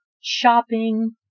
shopping